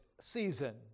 season